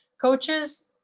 coaches